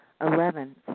Eleven